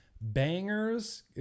bangers